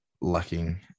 lacking